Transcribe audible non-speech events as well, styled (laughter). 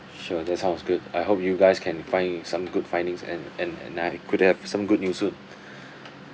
sure that sounds good I hope you guys can find some good findings and and and I could have some good news soon (breath)